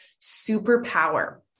superpower